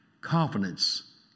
confidence